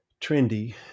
trendy